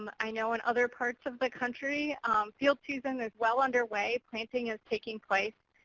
um i know in other parts of the country field season is well underway. planting is taking place.